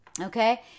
Okay